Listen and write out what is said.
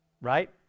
right